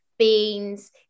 Beans